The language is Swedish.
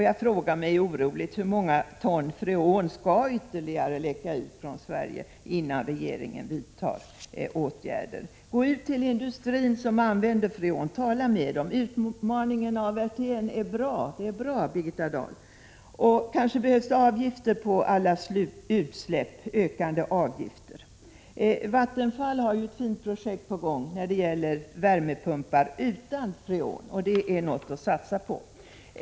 Jag frågar mig oroligt: Hur många ton freon ytterligare skall läcka ut från Sverige innan regeringen vidtar åtgärder? Gå ut till industrin som använder freon! Tala med dem! Utmaningen av Werthén är bra, Birgitta Dahl. Kanske behövs det också högre avgifter på alla utsläpp. Vattenfall har ju ett fint projekt med värmepumpar utan freon på gång. Det är någonting att satsa på.